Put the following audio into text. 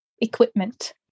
equipment